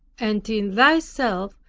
and in thyself,